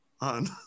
on